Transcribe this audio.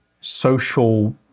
social